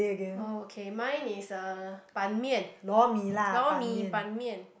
oh okay mine is uh Ban-mian lor-mee Ban-mian